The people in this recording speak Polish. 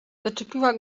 zaczepiła